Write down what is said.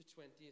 20